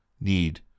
need